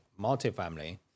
multifamily